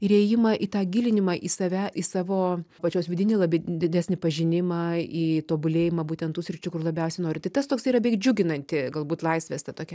ir ėjimą į tą gilinimą į save į savo pačios vidinį labai didesnį pažinimą į tobulėjimą būtent tų sričių kur labiausiai noriu tai tas toksai yra beveik džiuginanti galbūt laisvės ta tokia